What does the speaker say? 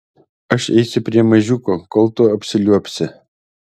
aš eisiu prie mažiuko kol tu apsiliuobsi